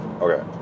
Okay